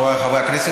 חבריי חברי הכנסת,